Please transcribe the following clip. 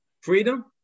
freedom